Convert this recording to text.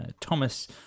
Thomas